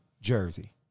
Jersey